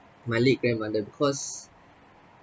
my late grandmother because